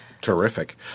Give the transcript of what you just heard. Terrific